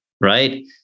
right